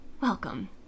Welcome